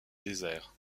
désert